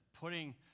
putting